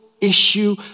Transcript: issue